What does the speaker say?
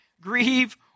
grieve